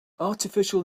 artificial